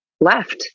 left